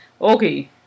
Okay